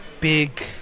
big